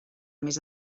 més